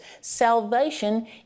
Salvation